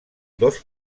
dos